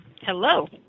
Hello